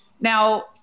Now –